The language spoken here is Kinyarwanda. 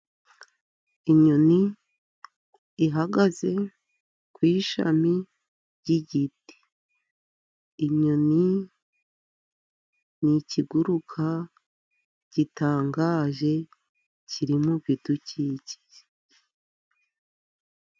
Inyoni ihagaze ku ishami ry'igiti. Inyoni ni ikiguruka gitangaje, kiri mu bidukikije.